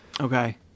Okay